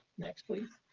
next please.